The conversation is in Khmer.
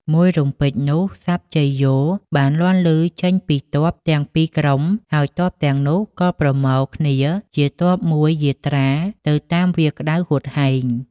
មួយរំពេចនោះស័ព្ទជយោបានលាន់ឮចេញពីទ័ពទាំងពីរក្រុម ហើយទ័ពទាំងនោះក៏ប្រមូល គា្នជាទ័ពមួយយាត្រាទៅតាមវាលក្ដៅហួតហែង។